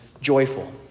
joyful